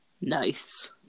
Nice